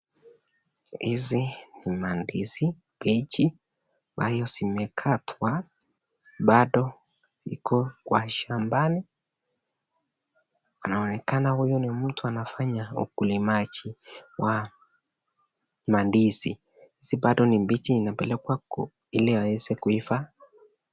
Hizi ni mandizi mbichi ambayo zimekatwa bado iko kwa shambani, Inaonekana huyu ni mtu anafanya ukulima wa ndizi, ndizi bado ni mbichi inapelekwa ili iweze kuiva.